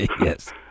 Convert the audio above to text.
Yes